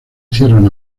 hicieron